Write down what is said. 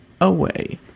away